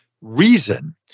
reason